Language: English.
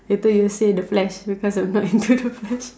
later you will say the flash because I'm not into the flash